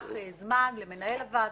לקח זמן למנהל הוועדה,